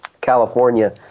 California